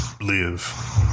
live